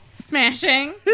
smashing